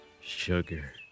sugar